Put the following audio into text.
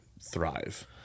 thrive